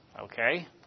okay